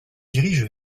dirige